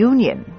Union